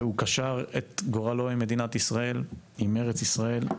הוא קשר את גורלו עם מדינת ישראל, עם ארץ ישראל.